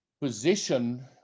position